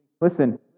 Listen